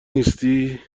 نیستی